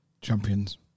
champions